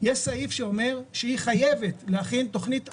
יש סעיף שאומר שהיא חייבת להכין תוכנית עבודה.